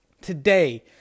Today